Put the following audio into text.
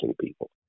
people